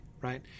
right